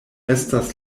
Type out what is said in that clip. estas